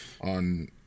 on